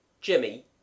Jimmy